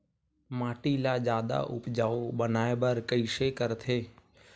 माटी ला जादा उपजाऊ बनाय बर कइसे करथे?